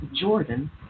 Jordan